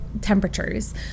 temperatures